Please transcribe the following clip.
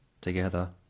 together